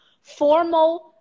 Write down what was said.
formal